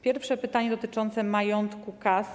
Pierwsze pytanie dotyczyło majątku kas.